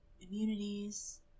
Immunities